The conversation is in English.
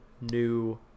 new